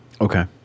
Okay